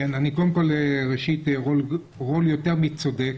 קודם כול, רול יותר מצודק